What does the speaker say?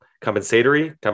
compensatory